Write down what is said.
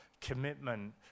commitment